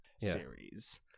series